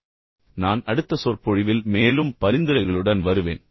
இப்போது நான் அடுத்த சொற்பொழிவில் மேலும் பரிந்துரைகளுடன் வருவேன்